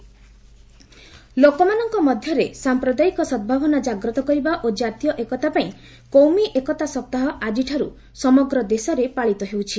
କୌମି ଏକତା ଓ୍ଠିକ୍ ଲୋକମାନଙ୍କ ମଧ୍ୟରେ ସାମ୍ପ୍ରଦାୟିକ ସଦ୍ଭାବନା ଜାଗ୍ରତ କରିବା ଓ ଜାତୀୟ ଏକତା ପାଇଁ କୌମି ଏକତା ସପ୍ତାହ ଆଜିଠାରୁ ସମଗ୍ର ଦେଶରେ ପାଳିତ ହେଉଛି